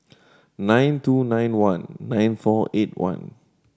nine two nine one nine four eight one